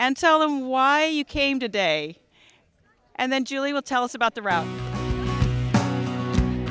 and tell them why you came today and then julie will tell us about the